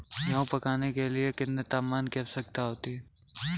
गेहूँ पकने के लिए कितने तापमान की आवश्यकता होती है?